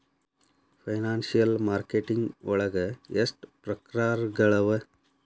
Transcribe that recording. Financial marketing ವಳಗ ಎಷ್ಟ್ ಪ್ರಕ್ರಾರ್ಗಳವ?